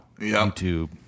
YouTube